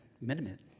minute